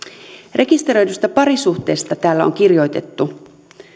rekisteröidystä parisuhteesta täällä on kirjoitettu